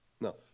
No